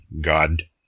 god